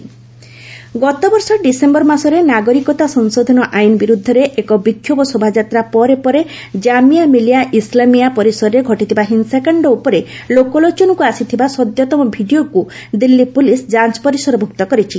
JMI violence ଗତବର୍ଷ December ମାସରେ ନାଗରିକତା ସଂଶୋଧନ ଆଇନ ବିରୁଦ୍ଧରେ ଏକ ବିକ୍ଷୋଭ ଶୋଭାଯାତ୍ରା ପରେ ପରେ ଜାମିଆ ମିଲିଆ ଇସ୍ଲାମିଆ ପରିସରରେ ଘଟିଥିବା ହିଂସାକାଣ୍ଡ ଉପରେ ଲୋକଲୋଚନକ୍ ଆସିଥିବା ସଦ୍ୟତମ ଭିଡିଓକୁ ଦିଲ୍ଲୀ ପୁଲିସ ଯାଞ୍ଚ ପରିସରଭୁକ୍ତ କରିଛି